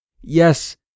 Yes